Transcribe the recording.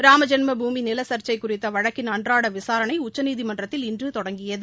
ராமஜென்ம பூமி நிலக்ச்சை குறித்த வழக்கின் அன்றாட விசாரணை உச்சநீதிமன்றத்தில் இன்று தொடங்கியது